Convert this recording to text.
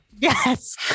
Yes